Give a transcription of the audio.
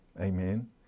Amen